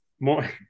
More